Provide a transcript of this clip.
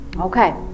Okay